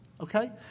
Okay